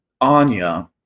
Anya